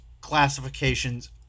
classifications